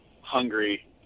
hungry